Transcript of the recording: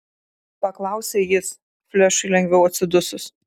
paklausė jis flešui lengviau atsidusus